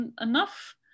enough